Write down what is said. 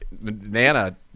Nana